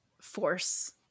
force